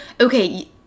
Okay